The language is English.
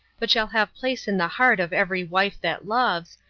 but shall have place in the heart of every wife that loves,